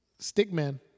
Stickman